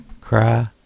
cry